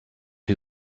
who